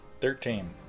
thirteen